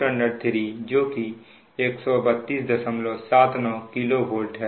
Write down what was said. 2303जो कि 13279 kV है